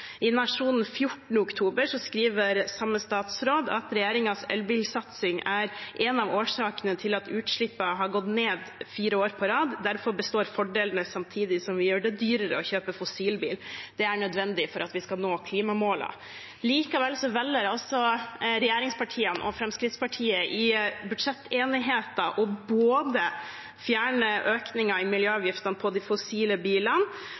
i dag. I Nationen 14. oktober skriver samme statsråd: Regjeringens elbilsatsing er en av årsakene til at utslippene har gått ned fire år på rad. Derfor består fordelene samtidig som vi gjør det dyrere å kjøpe fossilbil. Det er nødvendig for at vi skal nå klimamålene. Likevel velger altså regjeringspartiene og Fremskrittspartiet i budsjettenigheten å fjerne både økningen i miljøavgiften på de fossile bilene